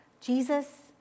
Jesus